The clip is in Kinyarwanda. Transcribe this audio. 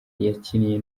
yakinnye